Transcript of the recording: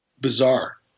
Bizarre